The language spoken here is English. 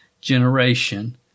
generation